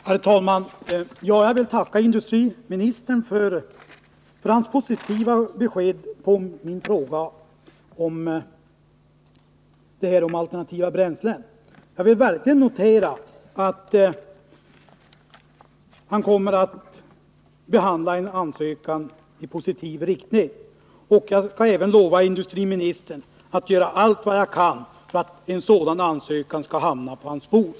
Herr talman! Jag tackar industriministern för hans positiva svar på min fråga om alternativa bränslen och vill verkligen notera att han kommer att behandla en ansökan i positiv anda. Jag lovar industriministern att göra allt vad jag kan för att en ansökan hamnar på hans bord.